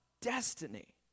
destiny